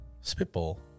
Spitball